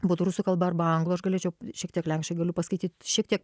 būtų rusų kalba arba anglų aš galėčiau šiek tiek lenkšai galiu paskaityt šiek tiek